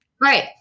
Right